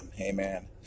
amen